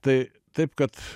tai taip kad